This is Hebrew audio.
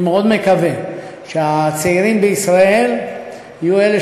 אני מאוד מקווה שהצעירים בישראל יהיו אלה